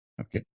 Okay